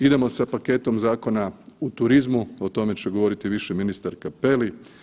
Idemo sa paketom zakona u turizmu, o tome će govoriti više ministar Cappelli.